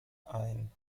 ein